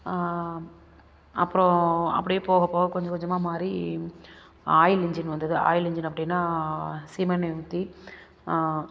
அப்புறோம் அப்பிடே போக போக கொஞ்ச கொஞ்சமாக மாறி ஆயில் இன்ஜின் வந்தது ஆயில் இன்ஜின் அப்படின்னா சீமை எண்ணெயை ஊற்றி